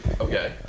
Okay